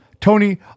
Tony